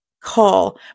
call